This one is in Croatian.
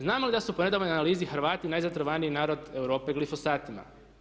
Znamo li da su po nedavnoj analizi Hrvati najzatrovaniji narod Europe glypohosatima?